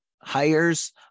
Hires